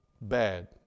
bad